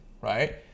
right